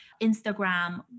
Instagram